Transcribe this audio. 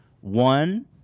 One